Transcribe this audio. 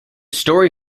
story